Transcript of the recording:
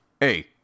hey